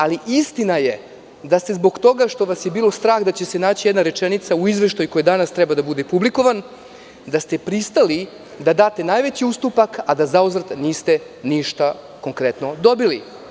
Ali, istina je da se zbog toga što vas je bilo strah da će se naći jedna rečenica u izveštaju koji danas treba da bude publikovan, da ste pristali da date najveći ustupak a da zauzvrat niste ništa konkretno dobili.